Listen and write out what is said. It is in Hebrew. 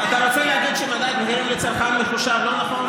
אתה רוצה להגיד שמדד מחירים לצרכן מחושב לא נכון?